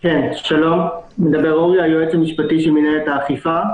שלום, אני אורי, היועץ המשפטי של מינהלית האכיפה.